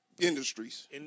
industries